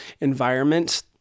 environment